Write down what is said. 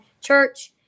church